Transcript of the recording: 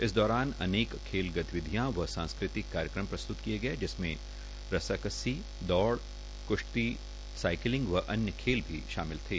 इस दौरान अनेक खेल गतिविधियां व सांस्कृतिक कार्यक्रम प्रस्त्त किय गये जिसमें रस्साकसी दौड़ क्श्ती साईकलिंग व अन्य खेल भी शामिल थे